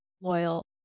loyal